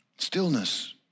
Stillness